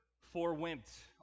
forewent